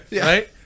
Right